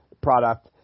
product